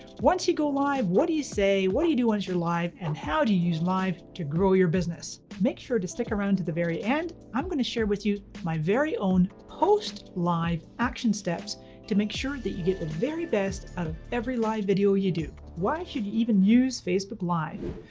once you go live, what do you say, what do you do once you're live, and how do you use live to grow your business? make sure to stick around to the very end. i'm gonna share with you my very own post live action steps to make sure that you get the very best out of every live video you do. why should you even use facebook live?